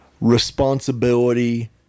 responsibility